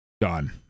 Done